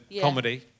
comedy